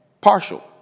partial